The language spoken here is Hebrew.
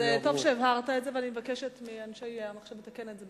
אז טוב שהבהרת את זה ואני מבקשת מאנשי המחשב לתקן את זה,